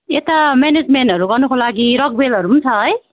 यता मेनेज्मेन्टहरू गर्नुको लागि रकभेलहरू पनि छ है